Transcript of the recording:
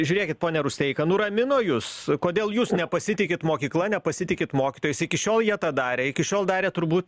žiūrėkit ponia rusteika nuramino jus kodėl jūs nepasitikit mokykla nepasitikit mokytojais iki šiol jie tą darė iki šiol darė turbūt